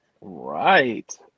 Right